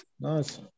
nice